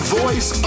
voice